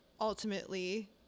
Ultimately